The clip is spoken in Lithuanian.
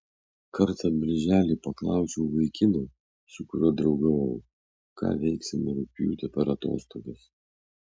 kartą birželį paklausiau vaikino su kuriuo draugavau ką veiksime rugpjūtį per atostogas